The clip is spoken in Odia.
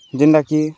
ଯେନ୍ଟାକି